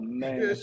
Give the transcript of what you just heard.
man